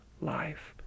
life